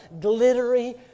glittery